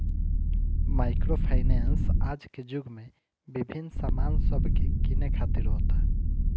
micro finance आज के युग में विभिन्न सामान सब के किने खातिर होता